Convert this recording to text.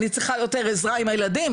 אני צריכה יותר עזרה עם הילדים.